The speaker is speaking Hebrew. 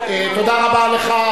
תודה רבה לך,